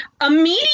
immediately